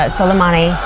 Soleimani